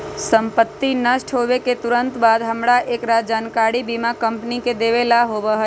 संपत्ति नष्ट होवे के तुरंत बाद हमरा एकरा जानकारी बीमा कंपनी के देवे ला होबा हई